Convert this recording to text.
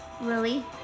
Lily